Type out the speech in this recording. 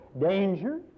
danger